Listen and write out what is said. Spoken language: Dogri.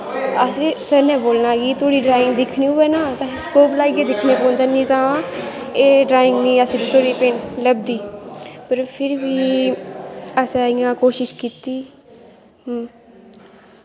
असें गी सर नै बोलना कि तोआड़ी ड्राइंग दिक्खनी होऐ ना स्कोब लाइयै दिक्खना पौंदा नेईं तां एह् ड्राइंग निं असेंगी लब्भदी पर फिर बी असें इ'यां कोशश कीती कि